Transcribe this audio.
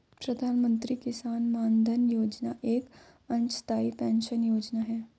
प्रधानमंत्री किसान मानधन योजना एक अंशदाई पेंशन योजना है